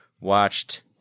watched